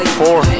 four